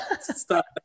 stop